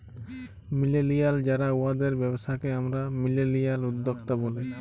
millennial যারা উয়াদের ব্যবসাকে আমরা মিলেলিয়াল উদ্যক্তা ব্যলি